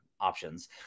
options